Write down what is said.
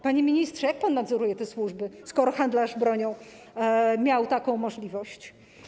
Panie ministrze, jak pan nadzoruje te służby, skoro handlarz bronią miał taką możliwość?